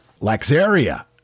Laxaria